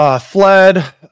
Fled